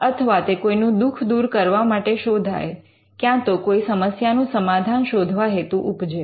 અથવા તે કોઈનું દુઃખ દૂર કરવા માટે શોધાય ક્યાંતો કોઈ સમસ્યાનું સમાધાન શોધવા હેતુ ઉપજે